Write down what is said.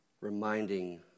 reminding